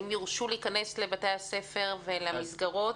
האם יורשו להיכנס לבתי הספר ולמסגרות?